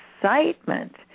excitement